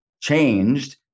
changed